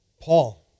Paul